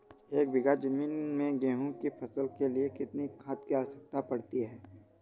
एक बीघा ज़मीन में गेहूँ की फसल के लिए कितनी खाद की आवश्यकता पड़ती है?